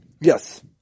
Yes